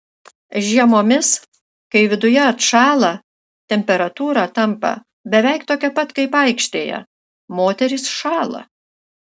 žiemomis kai viduje atšąla temperatūra tampa beveik tokia pat kaip aikštėje moterys šąla